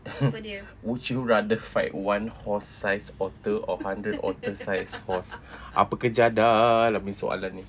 would you rather fight one horse-sized otter or hundred otter-sized horse apa kejadah lah punya soalan ini